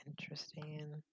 Interesting